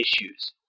issues